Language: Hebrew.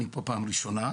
אני פה פעם ראשונה.